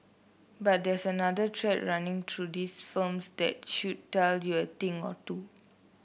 but there's another thread running through these firms that should tell you a thing or two